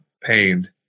pained